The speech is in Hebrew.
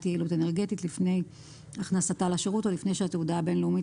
יעילות אנרגטית לפני הכנסתה לשירות או לפני שהתעודה הבין-לאומית